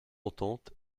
entente